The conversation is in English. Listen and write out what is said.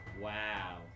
Wow